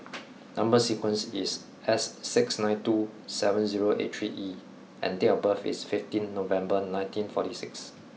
number sequence is S six nine two seven zero eight three E and date of birth is fifteenth November nineteen forty six